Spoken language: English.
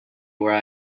where